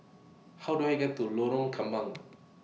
How Do I get to Lorong Kembang